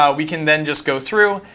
ah we can then just go through.